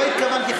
לא התכוונתי,